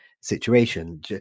situation